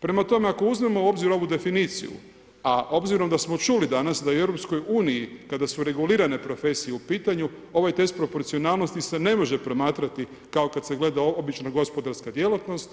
Prema tome, ako uzmemo u obzir ovu definiciju a obzirom da smo čuli danas da u EU kada su regulirane profesije u pitanju, ovaj test proporcionalnosti se ne može promatrati kao kad se gleda obična gospodarska djelatnost,